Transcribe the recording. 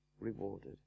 rewarded